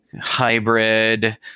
hybrid